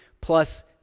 plus